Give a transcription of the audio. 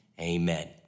amen